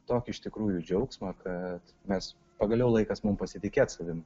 tokį iš tikrųjų džiaugsmą kad mes pagaliau laikas mums pasitikėt savim